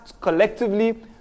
collectively